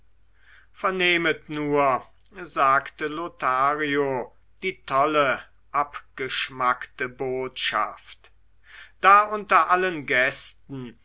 vernehmet nur sagte lothario die tolle abgeschmackte botschaft da unter allen gästen